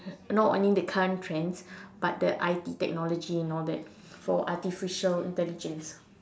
not only the current trends but the I_T technology and all that for artificial intelligence